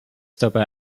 dabei